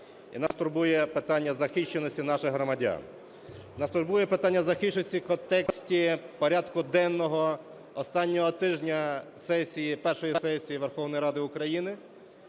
і нас турбує питання захищеності наших громадян. Нас турбує питання захищеності в контексті порядку денного останнього тижня першої сесії Верховної Ради України